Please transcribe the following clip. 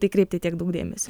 tai kreipti tiek daug dėmesio